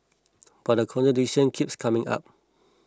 but the contradiction keeps coming up